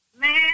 Man